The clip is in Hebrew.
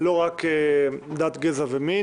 לא רק דת, גזע ומין.